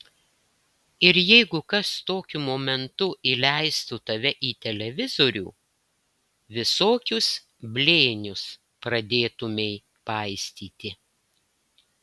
ir jeigu kas tokiu momentu įleistų tave į televizorių visokius blėnius pradėtumei paistyti